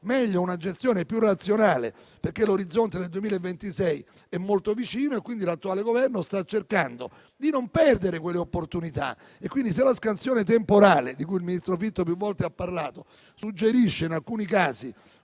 Meglio una gestione più razionale, essendo l'orizzonte del 2026 molto vicino. L'attuale Governo sta cercando di non perdere quelle opportunità e quindi, se la scansione temporale, di cui il ministro Fitto ha più volte parlato suggerisce in alcuni casi